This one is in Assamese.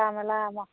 থকা মেলা